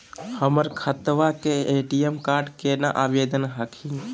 हमर खतवा के ए.टी.एम कार्ड केना आवेदन हखिन?